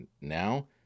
Now